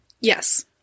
Yes